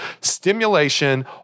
stimulation